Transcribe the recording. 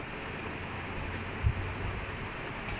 I watched half of it then I ditch